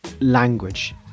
language